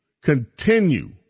continue